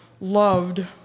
loved